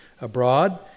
abroad